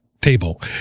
table